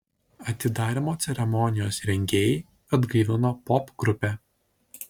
atidarymo ceremonijos rengėjai atgaivino popgrupę